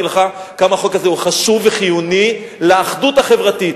לך כמה החוק הזה הוא חשוב וחיוני לאחדות החברתית,